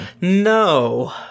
No